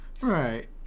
right